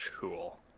Cool